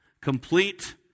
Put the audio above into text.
Complete